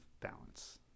balance